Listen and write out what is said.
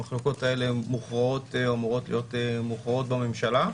המחלוקות האלה אמורות להיות מוכרעות בממשלה.